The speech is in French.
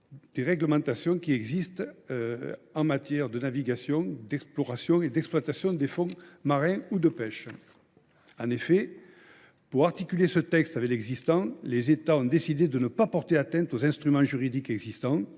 des réglementations qui existent déjà en matière de navigation, d’exploration et d’exploitation des fonds marins ou de pêche. En effet, pour articuler ce texte avec l’existant, les États ont décidé de ne pas porter atteinte aux instruments juridiques en